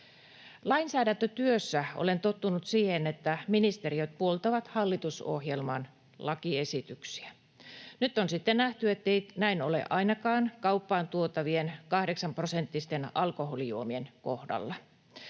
Lainsäädäntötyössä olen tottunut siihen, että ministeriöt puoltavat hallitusohjelman lakiesityksiä. Nyt on sitten nähty, ettei näin ole ainakaan kauppaan tuotavien 8-prosenttisten alkoholijuomien kohdalla.